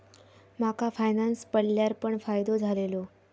माका फायनांस पडल्यार पण फायदो झालेलो